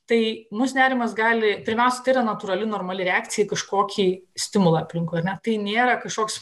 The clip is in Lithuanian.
tai mus nerimas gali pirmiausia tai yra natūrali normali reakcija į kažkokį stimulą aplinkoj na tai nėra kažkoks